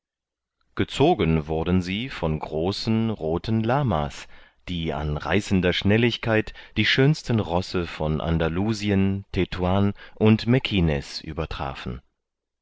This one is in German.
gezogen wurden sie von großen rothen lama's die an reißender schnelligkeit die schönsten rosse von andalusien tetuan und mekines übertrafen